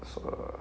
so err